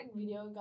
video